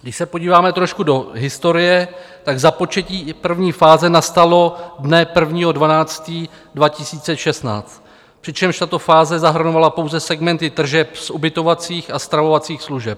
Když se podíváme trošku do historie, tak započetí první fáze nastalo dne 1. 12. 2016, přičemž tato fáze zahrnovala pouze segmenty tržeb z ubytovacích a stravovacích služeb.